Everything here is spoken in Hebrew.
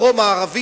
פרו-מערבית,